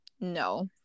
no